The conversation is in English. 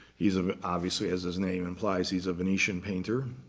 he's ah obviously, as his name implies, he's a venetian painter.